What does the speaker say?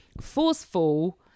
forceful